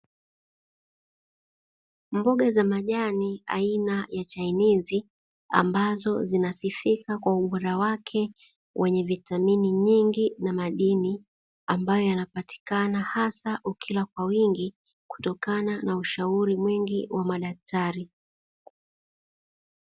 Mboga za majani aina ya chainizi ambazo zinasifika kwa ubora wake wenye vitamini nyingi na madini ambayo yanapatikana hasa ukila kwa wingi, kutokana na ushauri mwingi wa madaktari.